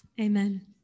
Amen